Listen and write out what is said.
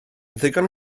ddigon